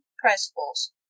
principles